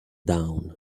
down